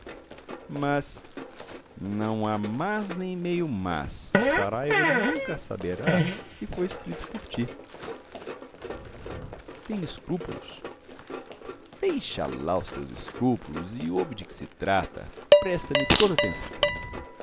mas não há mas nem meio mas o saraiva nunca saberá que foi escrito por ti tenho escrúpulos deixa lá os teus escrúpulos e ouve de que se trata presta me toda a atenção